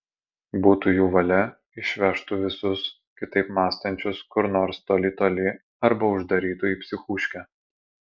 būtų jų valia išvežtų visus kitaip mąstančius kur nors toli toli arba uždarytų į psichūškę